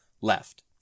left